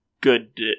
good